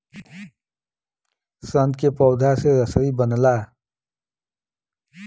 सन के पौधा से रसरी बनला